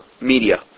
media